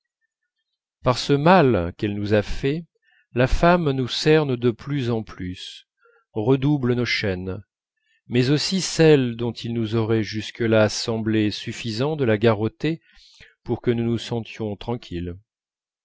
par ce mal qu'elle nous a fait la femme nous cerne de plus en plus redouble nos chaînes mais aussi celles dont il nous aurait jusque-là semblé suffisant de la garrotter pour que nous nous sentions tranquilles